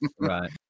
right